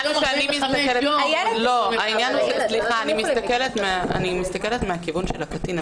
אני מסתכלת מהכיוון של הקטין.